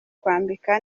kwambika